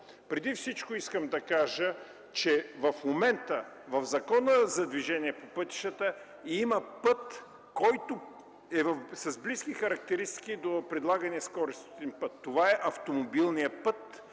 Преди всичко искам да кажа, че в момента в Закона за движение по пътищата има път с близки характеристики до предлагания скоростен път – това е автомобилният път,